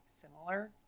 similar